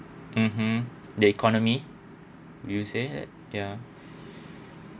mmhmm the economy you said it ya